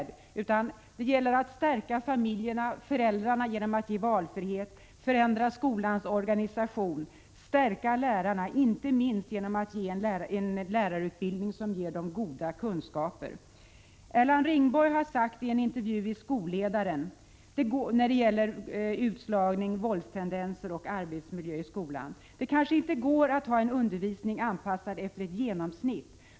Det gäller att stärka föräldrarna genom att ge valfrihet, förändra skolans organisation samt stärka lärarna, inte minst genom att låta lärarutbildningen ge dem goda kunskaper. Erland Ringborg har i en intervju i Skolledaren sagt följande när det gäller utslagning, våldstendenser och arbetsmiljö i skolan: ”Det kanske inte går att ha en undervisning anpassad efter ett genomsnitt.